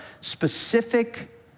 specific